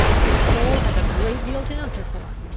his soul has a great deal to answer for.